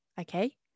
okay